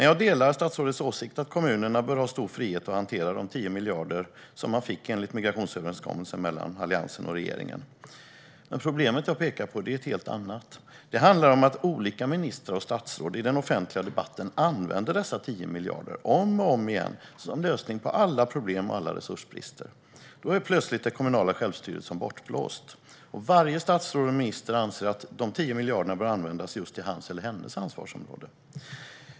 Jag delar statsrådets åsikt att kommunerna bör ha stor frihet att hantera de 10 miljarder som de fick enligt migrationsöverenskommelsen mellan Alliansen och regeringen. Men problemet jag pekar på är ett helt annat. Det handlar om att olika ministrar och statsråd i den offentliga debatten använder dessa 10 miljarder, om och om igen, som lösning på alla problem och alla resursbrister. Det kommunala självstyret är helt plötsligt som bortblåst, och varje statsråd och minister anser att de 10 miljarderna bör användas till just hans eller hennes ansvarsområde.